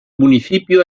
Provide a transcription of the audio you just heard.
municipio